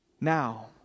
Now